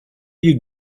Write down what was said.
you